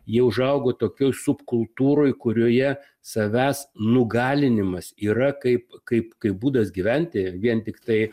jie užaugo tokioj subkultūroj kurioje savęs nugalinimas yra kaip kaip kaip būdas gyventi vien tiktai